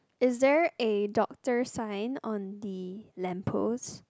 is there a doctor sign on the lamp post